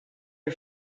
her